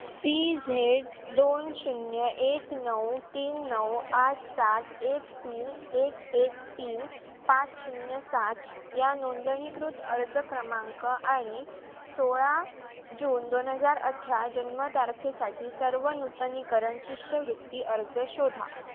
C Z दोन शून्य एक नऊ तीन नऊ आठ सात एक तीन एक एक तीन पाच शून्य सात या नोंदणीकृत अर्ज क्रमांक आणि सोळा जून दोन हजार अठरा जन्मतारखेसाठी सर्व नूतनीकरण शिष्यवृत्ती अर्ज शोधा